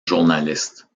journaliste